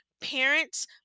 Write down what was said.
parents